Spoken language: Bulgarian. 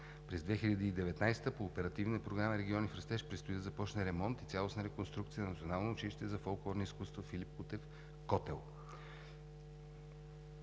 През 2019 г. по Оперативна програма „Региони в растеж“ предстои да започне ремонт и цялостна реконструкция на Националното училище за фолклорни изкуства „Филип Кутев“ – Котел.